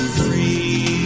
free